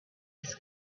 his